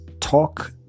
talk